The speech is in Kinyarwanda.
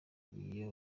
yakoreye